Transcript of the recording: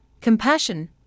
compassion